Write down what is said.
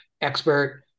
expert